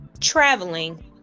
traveling